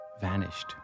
vanished